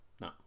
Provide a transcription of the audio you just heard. no